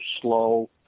slow